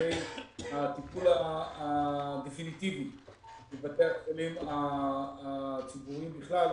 הטיפול הדפיניטיבי בבתי החולים הציבוריים בכלל,